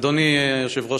אדוני היושב-ראש,